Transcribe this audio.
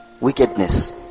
wickedness